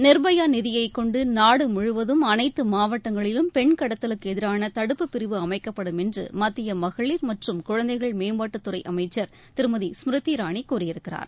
நிர்பயா நிதியை கொண்டு நாடு முழுவதும் அனைத்து மாவட்டங்களிலும் பெண் கடத்தலுக்கு எதிரான தடுப்புப்பிரிவு அமைக்கப்படும் என்று மத்திய மகளிர் மற்றும் குழந்தைகள் மேம்பாட்டுத்துறை அமைச்சர் திருமதி ஸ்மிருதி இரானி கூறியிருக்கிறார்